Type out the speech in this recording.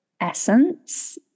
essence